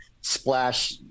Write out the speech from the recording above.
splash